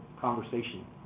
conversation